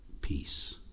peace